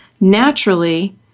naturally